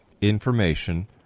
information